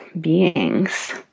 beings